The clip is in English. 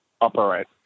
operate